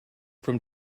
from